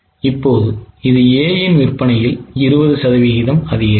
இப்போது இது A இன் விற்பனையில் 20 சதவீதம் அதிகரிப்பு